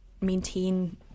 maintain